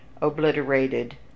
obliterated